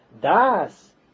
Das